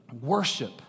worship